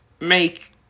make